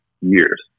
Years